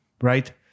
right